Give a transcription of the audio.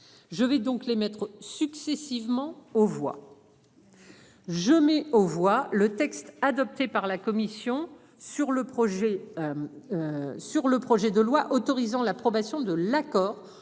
Je vais donc les maîtres successivement aux voix. Je mets aux voix. Le texte adopté par la commission sur le projet. Sur le projet de loi autorisant l'approbation de l'accord